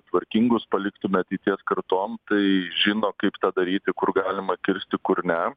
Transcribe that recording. tvarkingus paliktume ateities kartom tai žino kaip tą daryti kur galima kirsti kur ne